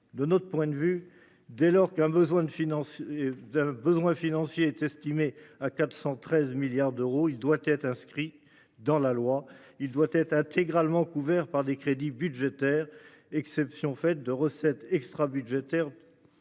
qu'un besoin de financement d'un besoin financier est estimé à 413 milliards d'euros, il doit être inscrit dans la loi, il doit être intégralement couverts par des crédits budgétaires, exception faite de recettes extra-budgétaires.